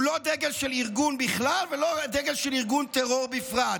הוא לא דגל של ארגון בכלל ולא דגל של ארגון טרור בפרט.